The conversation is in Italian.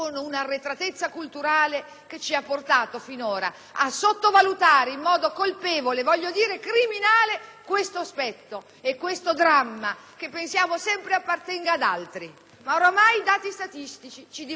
criminale) tale dramma, che pensiamo sempre appartenga ad altri. Ormai i dati statistici ci dimostrano però che gli altri cominciamo ad essere noi e che in ogni nostra famiglia può verificarsi un evento così drammatico,